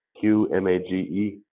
Q-M-A-G-E